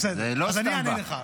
זה לא סתם בא.